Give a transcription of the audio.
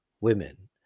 women